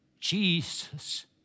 Jesus